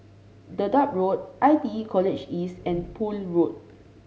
Dedap Road I T E College East and Poole Road